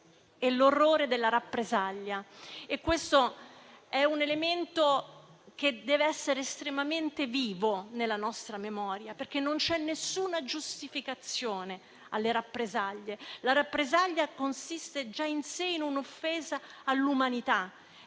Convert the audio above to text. e l'orrore della rappresaglia. Questo è un elemento che deve restare estremamente vivo nella nostra memoria, perché non c'è alcuna giustificazione alle rappresaglie. La rappresaglia consiste già in sé in un'offesa all'umanità;